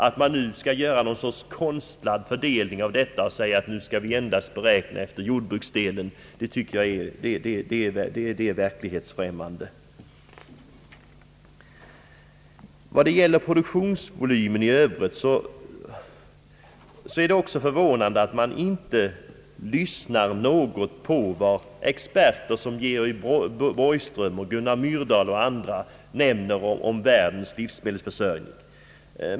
Att man nu skall göra något slags konstlad fördelning och säga att lönsamheten skall beräknas endast efter jordbruksdelen, tycker jag är verklighetsfrämmande. Vad gäller produktionsvolymen i övrigt är det också förvånande att man inte lyssnar på vad experter som Georg Borgström, Gunnar Myrdal och andra har att säga om världens livsmedelsförsörjning.